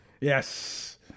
Yes